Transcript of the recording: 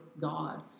God